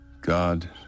God